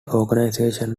organisation